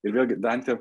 ir vėl gi dantė